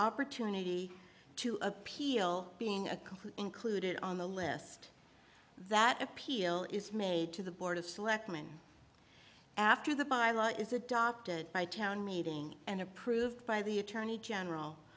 opportunity to appeal being a complete included on the list that appeal is made to the board of selectmen after the bye law is adopted by town meeting and approved by the attorney general